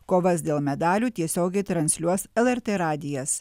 kovas dėl medalių tiesiogiai transliuos lrt radijas